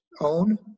own